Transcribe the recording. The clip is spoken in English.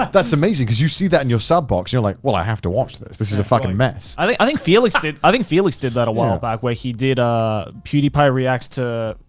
that's amazing cause you see that in your sub box and you're like, well i have to watch this. this is a fucking mess. i mean i think felix did. i think felix did that a while back where he did a pewdiepie reacts to,